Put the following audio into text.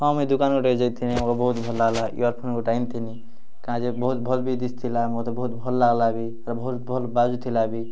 ହଁ ମୁଇଁ ଦୋକାନ୍ ଗୋଟେ ଯାଇଥିଲି ବହୁତ ଭଲ୍ ହେଲା ଇଅର୍ଫୋନ୍ ଗୋଟେ ଅଣିଥିଲି କାଏଁଜେ ବହୁତ ଭଲ୍ ବି ଦିଶିଥିଲା ମୋତେ ବହୁତ ଭଲ ଲାଗ୍ଲା ବି ଆର୍ ବହୁତ ବହୁତ ଭଲ୍ ବାଜୁଥିଲା ବି